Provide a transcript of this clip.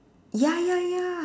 ya ya ya